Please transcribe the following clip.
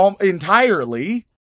entirely